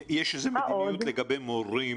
יש איזו מדיניות לגבי מורים